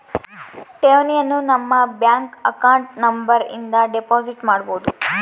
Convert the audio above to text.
ಠೇವಣಿಯನು ನಮ್ಮ bank account number ಇಂದ ಡೆಪೋಸಿಟ್ ಮಾಡ್ಬೊದು